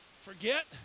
forget